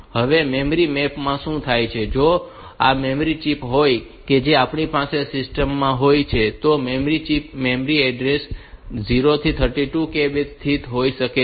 હવે memory map માં શું થાય છે કે જો આ મેમરી ચિપ હોય કે જે આપણી પાસે સિસ્ટમ માં હોય છે તો મેમરી ચિપ મેમરી એડ્રેસ 0 થી 32 K માં સ્થિત હોઈ શકે છે